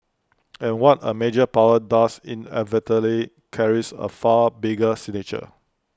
and what A major power does inevitably carries A far bigger signature